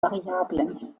variablen